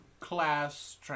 Class